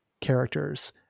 characters